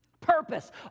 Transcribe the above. Purpose